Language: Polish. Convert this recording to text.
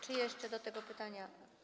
Czy jeszcze do tego pytania.